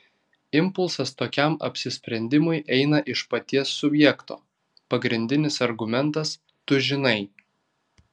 impulsas tokiam apsisprendimui eina iš paties subjekto pagrindinis argumentas tu žinai